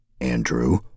Andrew